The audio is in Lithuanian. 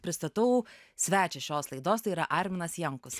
pristatau svečią šios laidos tai yra arminas jankus